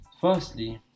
Firstly